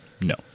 No